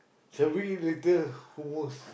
shall we eat later Hummus